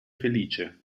felice